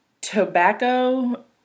tobacco